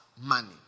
money